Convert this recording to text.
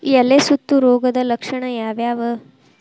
ಎಲೆ ಸುತ್ತು ರೋಗದ ಲಕ್ಷಣ ಯಾವ್ಯಾವ್?